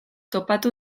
topatu